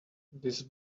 this